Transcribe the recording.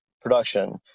production